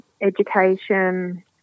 education